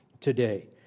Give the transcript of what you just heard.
today